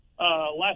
Last